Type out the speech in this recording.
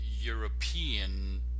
European